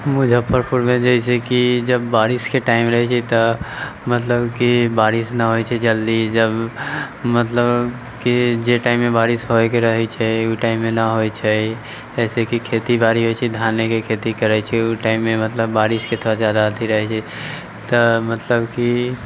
मुजफ्फरपुरमे जइसे कि जब बारिशके टाइम रहैत छै तऽ मतलब कि बारिश नहि होइत छै जल्दी जब मतलब कि जाहि टाइममे बारिश होइके रहैत छै ओहि टाइममे नहि होइत छै जइसे कि खेतीबाड़ी होइत छै धानेके खेती करैत छै ओहि टाइममे मतलब बारिशके थोड़ा जादा अथि रहैत छै तऽ मतलब कि